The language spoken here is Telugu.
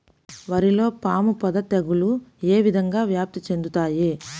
వరిలో పాముపొడ తెగులు ఏ విధంగా వ్యాప్తి చెందుతాయి?